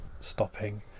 stopping